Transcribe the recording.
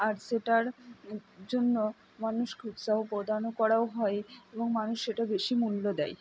আর সেটার জন্য মানুষকে উৎসাহ প্রদানও করাও হয় এবং মানুষ সেটা বেশি মূল্য দেয়